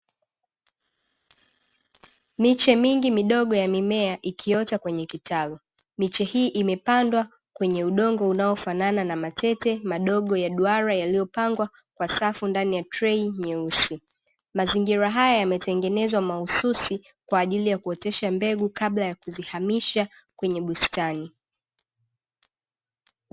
Miche mingi midogo ya mimea ikiota kwenye kitalu. Miche hii imepandwa kwenye udongo unaofanana na matete madogo ya duara yaliyopangwa kwa safu ndani ya trei nyeusi. Mazingira haya yametengenezwa mahususi kwa ajili ya kuotesha mbegu kabla ya kuzihamisha kwenye bustani.